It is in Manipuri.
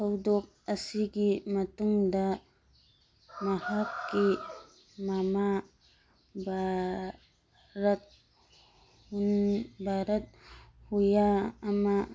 ꯊꯧꯗꯣꯛ ꯑꯁꯤꯒꯤ ꯃꯇꯨꯡꯗ ꯃꯍꯥꯛꯀꯤ ꯃꯃꯥ ꯚꯥꯔꯠ ꯚꯥꯔꯠ ꯍꯨꯌꯥ ꯑꯃ